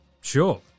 Sure